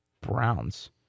Browns